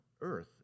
earth